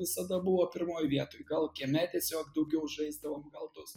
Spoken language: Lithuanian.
visada buvo pirmoj vietoj gal kieme tiesiog daugiau žaisdavom gal tos